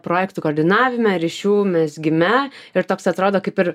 projektų koordinavime ryšių mezgime ir toks atrodo kaip ir